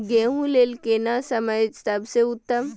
गेहूँ लेल केना समय सबसे उत्तम?